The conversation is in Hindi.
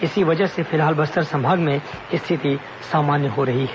इसी वजह से फिलहाल बस्तर संभाग में स्थिति सामान्य है